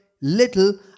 little